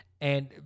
And-